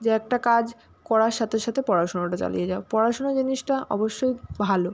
যে একটা কাজ করার সাথে সাথে পড়াশোনাটা চালিয়ে যাও পড়াশোনা জিনিসটা অবশ্যই ভালো